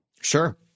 Sure